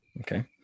okay